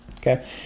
okay